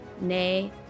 nay